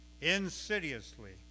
insidiously